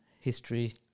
history